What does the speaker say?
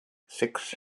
six